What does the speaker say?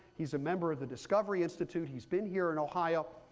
he's a member of the discovery institute. he's been here in ohio.